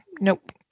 Nope